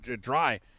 dry